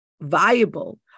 viable